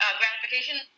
gratification